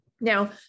Now